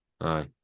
Aye